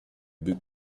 book